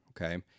Okay